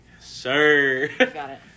Sir